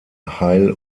heil